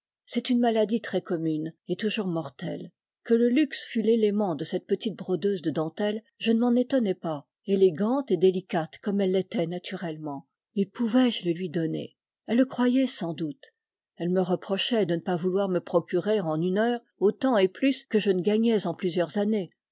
c'est une maladie très commune et toujours mortelle que le luxe fût l'élément de cette petite brodeuse de dentelle je ne m'en étonnais pas élégante et délicate comme elle l'était naturellement mais pouvais-je le lui donnsr elle le croyait sans doute elle me reprochait de ne pas vouloir me procurer en une heure autant et plus que je ne gagnais en plusieurs années